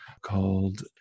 called